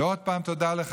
ועוד פעם תודה לך,